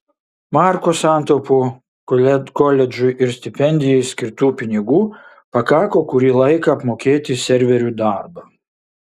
marko santaupų koledžui ir stipendijai skirtų pinigų pakako kurį laiką apmokėti serverių darbą